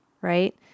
right